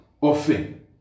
Often